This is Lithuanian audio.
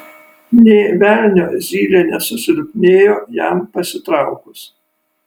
nė velnio zylė nesusilpnėjo jam pasitraukus